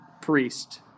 priest